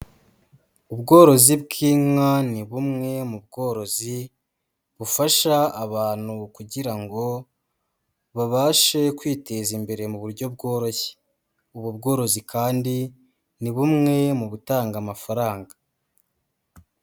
Ubworozi bw'inka ni bumwe mu bworozi bufasha abantu kugira ngo babashe kwiteza imbere mu buryo bworoshye. Ubu bworozi kandi ni bumwe mu butanga amafaranga.